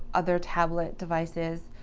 other tablet devices.